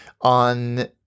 on